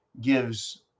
gives